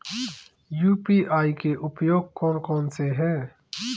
UPI के उपयोग कौन कौन से हैं?